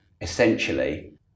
essentially